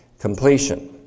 Completion